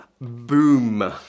Boom